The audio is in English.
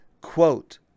quote